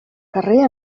carrer